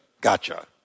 gotcha